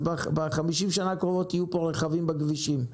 אז ב-50 השנה הקרובות יהיו פה רכבים בכבישים,